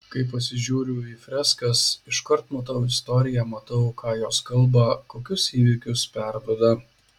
kai pasižiūriu į freskas iškart matau istoriją matau ką jos kalba kokius įvykius perduoda